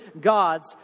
gods